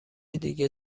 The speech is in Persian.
دیگه